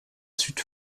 sud